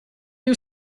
you